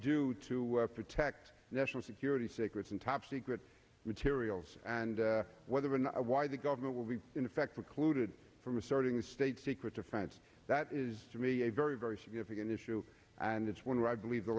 do to protect national security secrets and top secret materials and whether or not why the government will be in effect precluded from asserting the state secrets offense that is to me a very very significant issue and it's one where i believe the